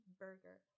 burger